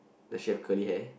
does she have curly hair